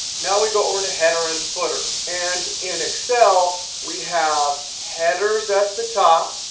now we go over to header and footer. and in excel, we have headers that the top,